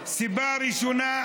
סיבה ראשונה,